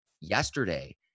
yesterday